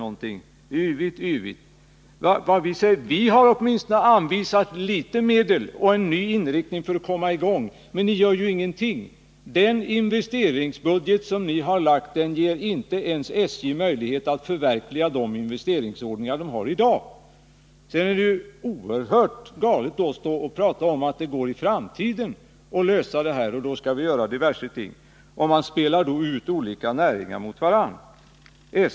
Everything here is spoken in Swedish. Vi socialdemokrater har åtminstone anvisat medel och en ny inriktning för att komma i gång, men ni har ju ingenting. Den investeringsbudget som ni har lagt fram ger inte ens SJ möjligheter att förverkliga de investeringsordningar som SJ i dag har. Det är då oerhört galet att tala om att det i framtiden går att lösa problemen och att vi då skall göra diverse ting. Man spelar ut olika näringar mot varandra.